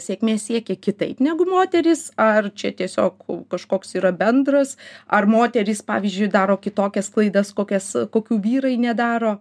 sėkmė siekia kitaip negu moterys ar čia tiesiog kažkoks yra bendras ar moterys pavyzdžiui daro kitokias klaidas kokias kokių vyrai nedaro